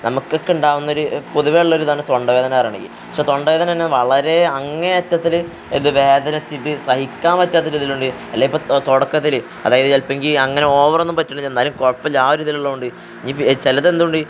നമുക്കൊക്കെ ഉണ്ടാവുന്നൊരു പൊതുവേ ഉള്ളൊരിതാണ് തൊണ്ടവേദന പറയുകയാണെങ്കിൽ പക്ഷെ തൊണ്ടവേദനതന്നെ വളരെ അങ്ങേ അറ്റത്തിൽ എന്ത് വേദനയെടുത്തിട്ട് സഹിക്കാൻ പറ്റാത്തൊരിതിലുണ്ട് അല്ലെ ഇപ്പോൾ തുടക്കത്തിൽ അതായത് ചിലപ്പോഴെങ്കിൽ അങ്ങനെ ഓവറൊന്നും പറ്റില്ല എന്തായാലും കുഴപ്പമില്ല ആ ഒരു ഇതിലുള്ളതുകൊണ്ട് ഇനി ചിലതെന്തുണ്ട്